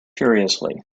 furiously